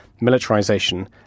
militarization